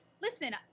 Listen